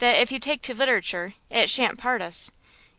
that, if you take to literature, it shan't part us,